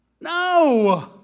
No